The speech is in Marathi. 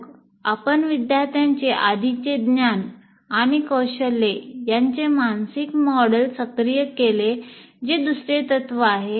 मग आपण विद्यार्थ्यांचे आधीचे ज्ञान आणि कौशल्य यांचे मानसिक मॉडेल सक्रिय केले जे दुसरे तत्व आहे